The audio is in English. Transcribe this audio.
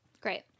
Great